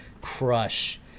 crush